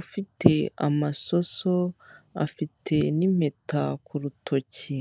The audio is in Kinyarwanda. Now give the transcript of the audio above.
ufite amasoso, afite n'impeta ku rutoki.